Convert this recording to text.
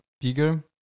bigger